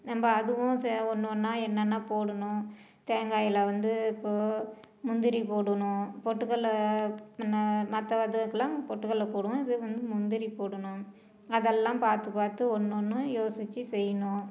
நம்ப அதுவும் செ ஒன்று ஒன்றாக என்னென்ன போடணும் தேங்காயில் வந்து இப்போது முந்திரி போடணும் பொட்டுக்கடல ந மற்ற அதுக்கெலாம் நான் பொட்டுக்கடல போடுவேன் இதுக்கு வந்து முந்திரி போடணும் அதெல்லாம் பார்த்து பார்த்து ஒன்னொன்றும் யோசிச்சு செய்யணும்